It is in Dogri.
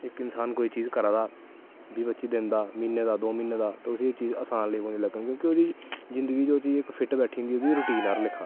इंसान कोई चीज़ करा दा बीह् पच्ची दिन दा महीने दा दो महीने दा उसी एह् चीज़ आसान लगी पौंदा लग्गना क्योंकि ओह्दी जिन्दगी च ओह् चीज़ फिट्ट बैठी जंदी ऐ रोटीन आह्ला लेक्खा